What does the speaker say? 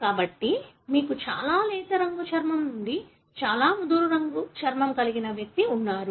కాబట్టి మీకు చాలా లేత రంగు చర్మం నుండి చాలా ముదురు చర్మం కలిగిన వ్యక్తి వున్నారు